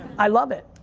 i love it.